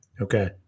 Okay